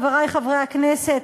חברי חברי הכנסת,